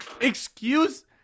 Excuse